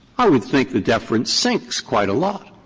i would think the deference sinks quite a lot,